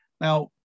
Now